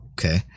Okay